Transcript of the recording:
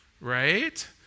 right